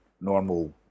normal